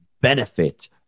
benefit